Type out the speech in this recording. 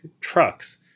trucks